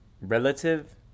relative